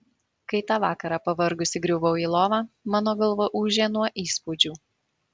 kai tą vakarą pavargusi griuvau į lovą mano galva ūžė nuo įspūdžių